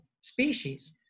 species